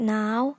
now